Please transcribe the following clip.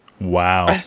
Wow